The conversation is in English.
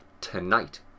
Tonight